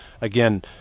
again